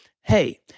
Hey